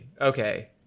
okay